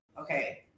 Okay